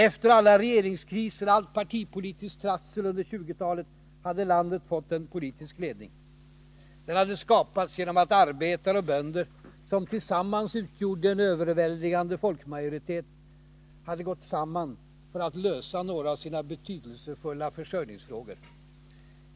Efter alla regeringskriser, allt partipolitiskt trassel under 1920-talet, hade landet fått en politisk ledning. Den hade skapats genom att arbetare och bönder, som tillsammans utgjorde en överväldigande folkmajoritet, hade gått samman för att lösa några av sina betydelsefulla försörjningsfrågor.